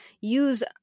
use